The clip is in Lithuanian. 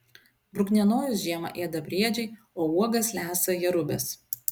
bruknienojus žiemą ėda briedžiai o uogas lesa jerubės